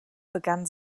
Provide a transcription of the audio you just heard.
begann